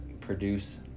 produce